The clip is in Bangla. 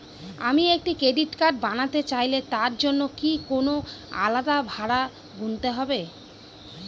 আমি একটি ক্রেডিট কার্ড বানাতে চাইলে তার জন্য কি কোনো আলাদা ভাড়া গুনতে হবে?